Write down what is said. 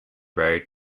road